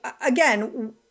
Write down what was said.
again